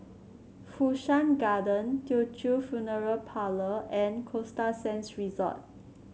Fu Shan Garden Teochew Funeral Parlour and Costa Sands Resort